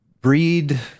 breed